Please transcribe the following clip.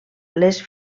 les